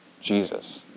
Jesus